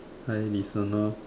hi listener